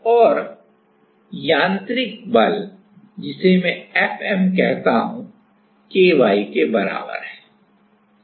और यांत्रिक बल जिसे मैं Fm कहता हूँ ky के बराबर है